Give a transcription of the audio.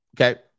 okay